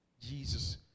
Jesus